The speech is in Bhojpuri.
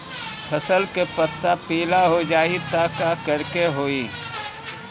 फसल के पत्ता पीला हो जाई त का करेके होई?